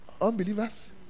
Unbelievers